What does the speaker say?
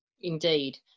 Indeed